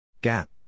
Gap